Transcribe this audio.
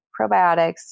probiotics